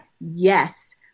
Yes